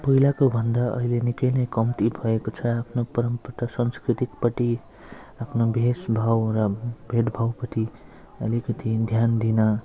पहिलाको भन्दा अहिले निकै नै कम्ती भएको छ आफ्नो परम्परा संस्कृतिपट्टि आफ्नो भेषभाव र भेदभावपट्टि अलिकति ध्यान दिन